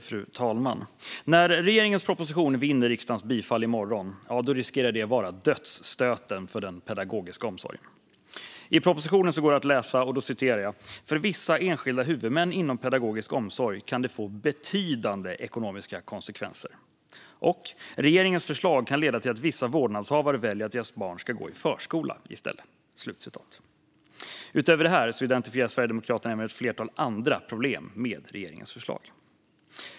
Fru talman! När regeringens proposition i morgon vinner riksdagens bifall riskerar det att vara dödsstöten för den pedagogiska omsorgen. I propositionen går det att läsa att för vissa enskilda huvudmän inom pedagogisk omsorg kan det få betydande ekonomiska konsekvenser och att regeringens förslag kan leda till att vissa vårdnadshavare väljer att deras barn ska gå i förskola i stället. Utöver detta identifierar Sverigedemokraterna även ett flertal andra problem med regeringens förslag.